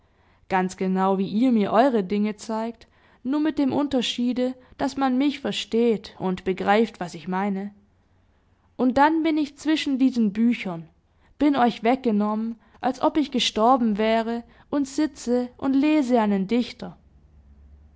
ganz genau wie ihr mir eure dinge zeigt nur mit dem unterschiede daß man mich versteht und begreift was ich meine und dann bin ich zwischen diesen büchern bin euch weggenommen als ob ich gestorben wäre und sitze und lese einen dichter